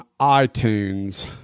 iTunes